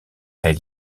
elle